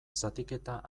zatiketa